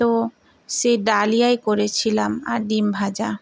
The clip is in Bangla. তো সেই ডালিয়াই করেছিলাম আর ডিম ভাজা